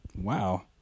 Wow